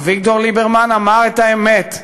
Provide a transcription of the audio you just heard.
אביגדור ליברמן אמר את האמת,